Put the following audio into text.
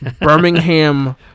Birmingham